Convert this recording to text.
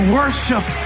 worship